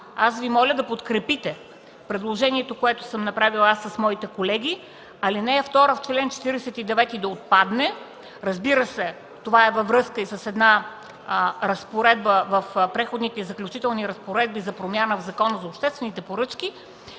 Ви моля да подкрепите предложението, което съм направила с моите колеги ал. 2 в чл. 49 да отпадне. Разбира се, това е във връзка с една разпоредба в Преходните и заключителни разпоредби за промяна в Закона за обществените поръчки